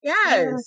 Yes